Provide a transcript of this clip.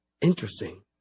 Interesting